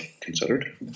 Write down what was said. considered